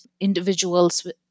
individuals